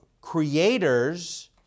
creators